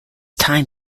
time